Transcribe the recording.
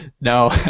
No